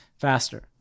faster